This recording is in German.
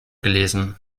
gelesen